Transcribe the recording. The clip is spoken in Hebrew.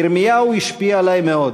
ירמיהו השפיע עלי מאוד.